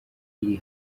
iri